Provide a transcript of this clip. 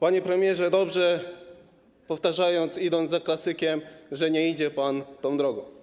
Panie premierze, dobrze - a powtarzam za klasykiem - że nie idzie pan tą drogą.